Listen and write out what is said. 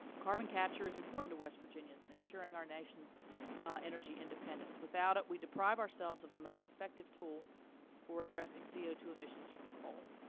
carbon capture is important to west virginians in ensuring our nation's energy independence. without it we deprive ourselves of the important effective tool for addressing c o two emissions from coal.